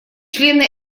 члены